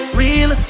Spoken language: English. real